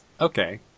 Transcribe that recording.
Okay